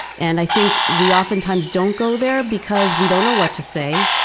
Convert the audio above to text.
and i think we oftentimes don't go there because we don't know what to say,